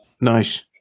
Nice